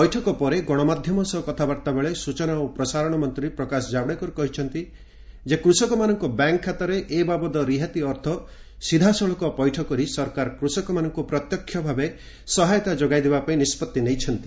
ବୈଠକ ପରେ ଗଣମାଧ୍ୟମ ସହ କଥାବାର୍ତ୍ତା ବେଳେ ସୂଚନା ଓ ପ୍ରସାରଣ ମନ୍ତ୍ରୀ ପ୍ରକାଶ ଜାଭଡେକର କହିଛନ୍ତି ଯେ କୃଷକମାନଙ୍କ ବ୍ୟାଙ୍କ୍ ଖାତାରେ ଏ ବାବଦ ରିହାତି ଅର୍ଥ ସିଧାସଳଖ ପୈଠ କରି ସରକାର କୃଷକମାନଙ୍କୁ ପ୍ରତ୍ୟକ୍ଷ ଭାବେ ସହାୟତା ଯୋଗାଇ ଦେବାପାଇଁ ନିଷ୍ପଭି ନେଇଛନ୍ତି